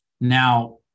Now